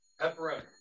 Pepperoni